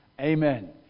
Amen